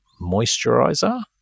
moisturizer